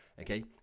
okay